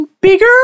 bigger